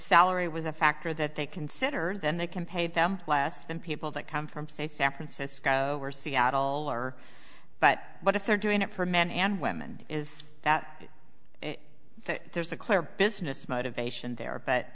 salary was a factor that they considered then they can pay them less than people that come from say san francisco or seattle or but but if they're doing it for men and women is that that there's a clear business motivation there but